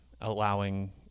allowing